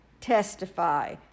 testify